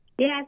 Yes